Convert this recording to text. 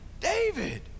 David